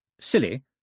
silly